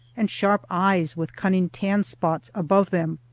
and sharp eyes with cunning tan-spots above them.